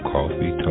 Coffee